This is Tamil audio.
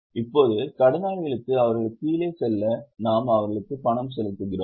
இப்போது கடனாளிகளுக்கு அவர்கள் கீழே செல்ல நாம் அவர்களுக்கு பணம் செலுத்துகிறோம்